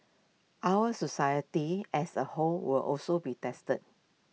our society as A whole will also be tested